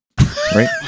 right